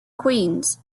queens